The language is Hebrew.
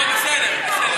טוב, בסדר.